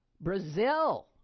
Brazil